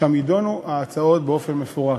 שם יידונו ההצעות באופן מפורט.